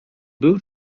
był